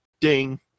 Ding